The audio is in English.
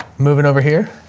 moving over here